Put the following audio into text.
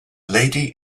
lady